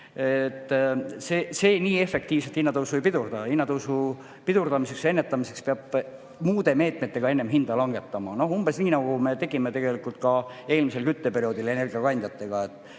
nii efektiivselt hinnatõusu ei pidurdada. Hinnatõusu pidurdamiseks ja ennetamiseks peab muude meetmetega enne hinda langetama. Umbes nii, nagu me tegime ka eelmisel kütteperioodil energiakandjatega.